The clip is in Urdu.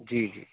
جی جی